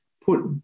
put